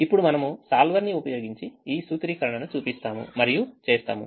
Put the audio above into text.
ఇప్పుడు మనము solver ని ఉపయోగించి ఈ సూత్రీకరణ ను చూపిస్తాము మరియు చేస్తాము